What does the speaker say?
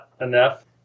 enough